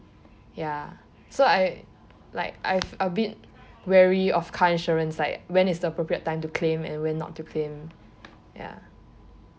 ya so I like I've a bit wary of car insurance like when is the appropriate time to claim and when not to claim ya